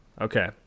okay